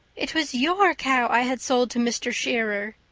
it was your cow i had sold to mr. shearer.